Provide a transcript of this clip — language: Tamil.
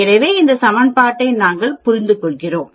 எனவே இந்த சமன்பாட்டை நாங்கள் புரிந்துகொள்கிறோம்